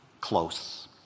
close